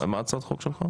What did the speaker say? על מה הצעת החוק שלך?